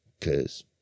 Cause